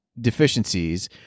deficiencies